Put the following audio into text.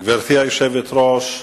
גברתי היושבת-ראש,